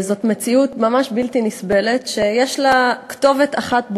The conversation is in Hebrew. זאת מציאות ממש בלתי נסבלת שיש לה כתובת אחת ברורה,